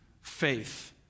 faith